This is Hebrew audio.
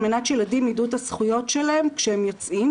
על מנת שילדים ידעו את הזכויות שלהם כשהם יוצאים,